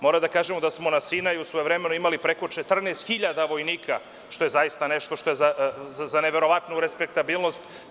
Moram da kažem da smo na Sinaju svojevremeno imali preko 14.000 vojnika, što je zaista nešto što je za neverovatno respekabilnost.